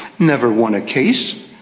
never won a case,